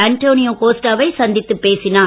Antonio கோஸ்டாவை சந்தித்துப் பேசினார்